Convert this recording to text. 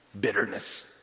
Bitterness